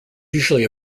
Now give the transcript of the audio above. usually